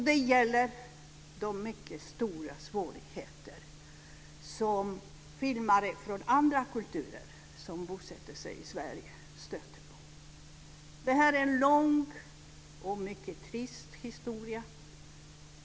Det gäller de mycket stora svårigheter som filmare från andra kulturer som bosätter sig i Sverige stöter på. Detta är en lång och mycket trist historia.